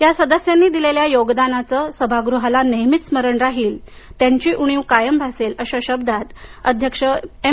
या सदस्यांनी दिलेल्या योगदानाचे सभागृहाला नेहमीच स्मरण राहील त्यांची उणीव कायम भासेल अशा शब्दांत अध्यक्ष एम